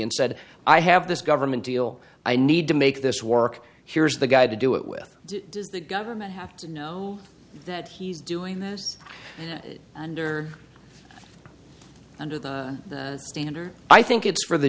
and said i have this government deal i need to make this work here's the guy to do it with does the government have to know that he's doing this under under the standard i think it's for the